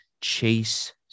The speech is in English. Chase